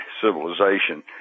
civilization